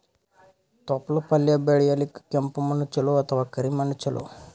ತೊಪ್ಲಪಲ್ಯ ಬೆಳೆಯಲಿಕ ಕೆಂಪು ಮಣ್ಣು ಚಲೋ ಅಥವ ಕರಿ ಮಣ್ಣು ಚಲೋ?